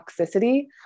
toxicity